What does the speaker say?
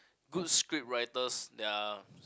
good script writers that are